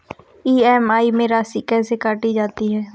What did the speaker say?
EMI में राशि कैसे काटी जाती है?